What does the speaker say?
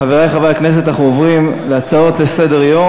חברי חברי הכנסת, אנחנו עוברים להצעות לסדר-היום